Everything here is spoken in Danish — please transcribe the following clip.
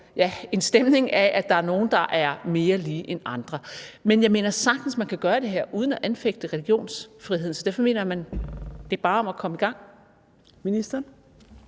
der en stemning af, at der er nogle, der er mere lige end andre. Men jeg mener sagtens, at man kan gøre det her uden at anfægte religionsfriheden. Derfor mener jeg, at det bare er med at komme i gang. Kl.